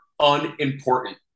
unimportant